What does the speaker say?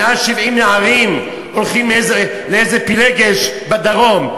מ-70 נערים הולכים לאיזו פילגש בדרום.